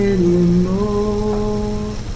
anymore